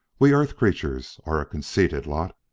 we earth-creatures are a conceited lot.